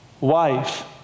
wife